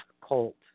Colt